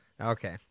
Okay